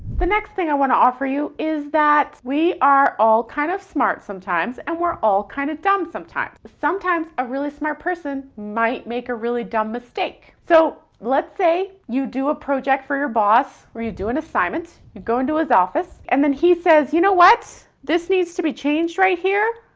the next thing i wanna offer you is that we are all kind of smart sometimes, and we're all kinda kind of dumb sometimes. sometimes, a really smart person might make a really dumb mistake. so let's say you do a project for your boss or you do an assignment, you go into his office, and then he says, you know what, this needs to be changed right here,